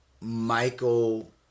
Michael